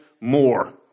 more